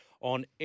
on